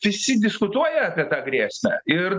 visi diskutuoja apie tą grėsmę ir